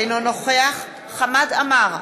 אינו נוכח חמד עמאר,